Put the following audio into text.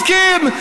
אתם צודקים.